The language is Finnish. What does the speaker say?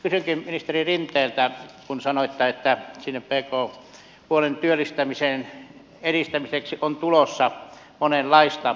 kysynkin ministeri rinteeltä kun sanoitte että sinne pk puolen työllistämisen edistämiseksi on tulossa monenlaista